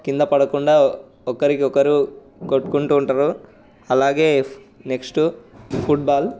కింద పడకుండా ఒకరికి ఒకరు కొట్టుకుంటూ ఉంటారు అలాగే నెక్స్ట్ ఫుట్బాల్